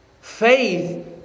Faith